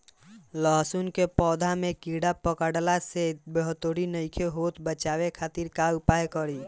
लहसुन के पौधा में कीड़ा पकड़ला से बढ़ोतरी नईखे होत बचाव खातिर का उपाय करी?